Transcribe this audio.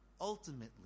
ultimately